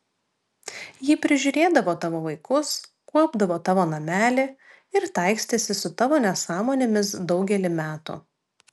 ji prižiūrėdavo tavo vaikus kuopdavo tavo namelį ir taikstėsi su tavo nesąmonėmis daugelį metų